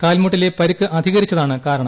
കാൽമുട്ടിലെ പരിക്ക് അധികരിച്ചതാണ് കാരണം